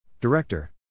Director